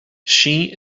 she